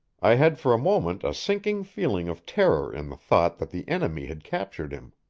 i had for a moment a sinking feeling of terror in the thought that the enemy had captured him.